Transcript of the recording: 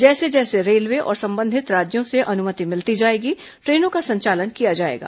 जैसे जैसे रेलवे और संबंधित राज्यों से अनुमति मिलती जाएगी ट्रेनों का संचालन किया जाएगा